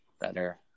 better